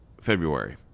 February